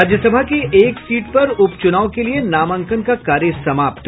राज्यसभा के एक सीट पर उपचुनाव के लिये नामांकन का कार्य समाप्त